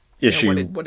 issue